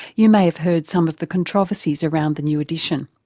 you may have heard some of the controversies around the new edition.